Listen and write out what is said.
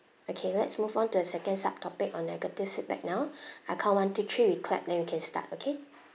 okay let's move on to the second sub topic on negative feedback now I count one two three we clap then we can start okay